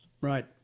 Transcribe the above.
Right